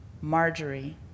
Marjorie